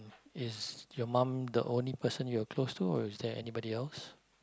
is your mum the only person you are close to or is there anybody else